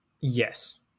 Yes